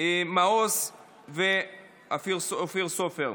אבי מעוז ואופיר סופר.